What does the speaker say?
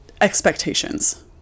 expectations